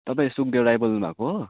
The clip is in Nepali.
तपाईँ सुकदेल राई बोल्नु भएको हो